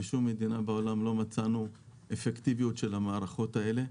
בשום מדינה בעולם לא מצאנו אפקטיביות של המערכות האלה.